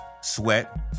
sweat